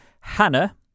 Hannah